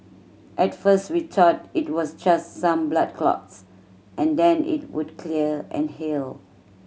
at first we thought it was just some blood clots and then it would clear and heal